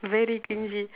very cringey